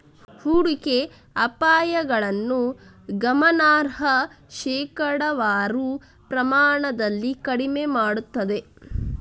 ಹೂಡಿಕೆ ಅಪಾಯಗಳನ್ನು ಗಮನಾರ್ಹ ಶೇಕಡಾವಾರು ಪ್ರಮಾಣದಲ್ಲಿ ಕಡಿಮೆ ಮಾಡುತ್ತದೆ